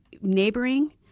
neighboring